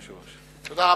תודה, אדוני היושב-ראש.